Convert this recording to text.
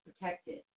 protected